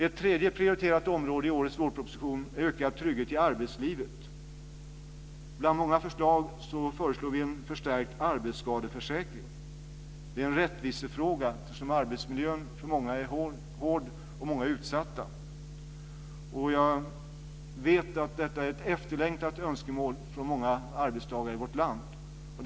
Ett tredje prioriterat område i årets vårproposition är ökad trygghet i arbetslivet. Bland många förslag för vi fram en förstärkning av arbetsskadeförsäkringen. Det är en rättvisefråga, eftersom arbetsmiljön för många är hård och många är utsatta. Jag vet att detta är en av många arbetstagare i vårt land efterlängtad åtgärd.